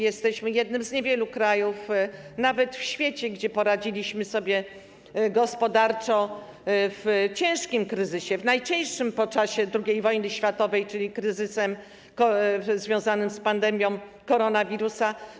jesteśmy jednym z niewielu krajów, nawet na świecie, gdzie poradziliśmy sobie gospodarczo w ciężkim kryzysie, najcięższym po II wojnie światowej, czyli w kryzysie związanym z pandemią koronawirusa.